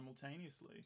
simultaneously